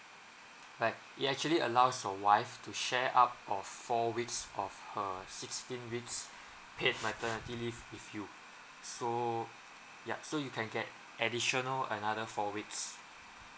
like it actually allows your wife to share up of four weeks of her sixteen weeks paid maternity leave with you so yup so you can get additional another four weeks